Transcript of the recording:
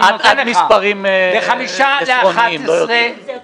עד מספרים עשרוניים, לא יותר.